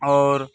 اور